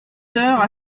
heures